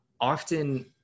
often